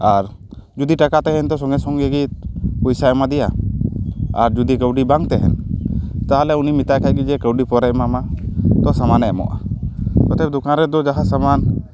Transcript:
ᱟᱨ ᱡᱩᱫᱤ ᱴᱟᱠᱟ ᱛᱟᱦᱮᱱ ᱛᱟᱭᱟ ᱥᱚᱸᱜᱮ ᱥᱚᱸᱜᱮ ᱜᱮ ᱯᱚᱭᱥᱟ ᱮᱢᱟᱫᱮᱭᱟ ᱟᱨ ᱡᱩᱫᱤ ᱠᱟᱹᱣᱰᱤ ᱵᱟᱝ ᱛᱟᱦᱮᱱ ᱛᱟᱦᱞᱮ ᱩᱱᱤ ᱢᱮᱛᱟᱭ ᱠᱷᱟᱱ ᱜᱮ ᱡᱮ ᱠᱟᱹᱣᱰᱤ ᱯᱚᱨᱮ ᱮᱢᱟᱢᱟ ᱛᱚ ᱥᱟᱢᱟᱱᱮ ᱮᱢᱚᱜᱼᱟ ᱚᱛᱚᱮᱵᱽ ᱫᱚᱠᱟᱱ ᱨᱮᱫᱚ ᱡᱟᱦᱟᱸ ᱥᱟᱢᱟᱱ